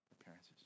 appearances